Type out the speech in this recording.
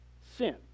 sin